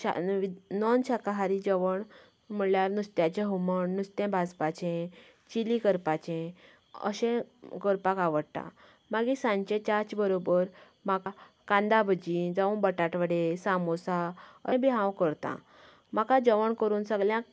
शान वी नॉन शाकाहारी जेवण म्हणजे नुस्त्याचें हूमण नूस्ते भाजपाचे चिली करपाचे अशें करपाक आवडटा मागीर सांजचे चाचे बरोबर कांदा भजी जावं बटाटवडे सामोसा तेय बी हांव करता म्हाका जेवण करून सगल्यांक